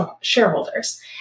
shareholders